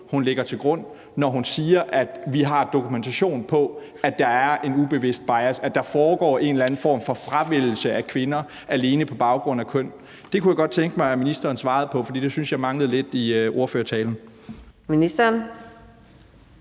hun lægger til grund, når hun siger: Vi har dokumentation for, at der er en ubevidst bias, at der foregår en eller anden form for fravælgelse af kvinder alene på baggrund af køn. Det kunne jeg godt tænke mig at ministeren svarede på, for det synes jeg manglede lidt i talen. Kl.